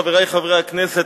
חברי חברי הכנסת,